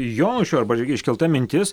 jonušio arba irgi iškelta mintis